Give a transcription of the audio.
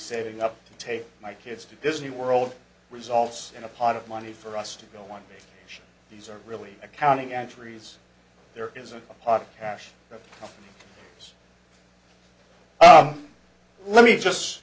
setting up to take my kids to disney world results in a pot of money for us to go on these are really accounting entries there is a pot of cash that was let me just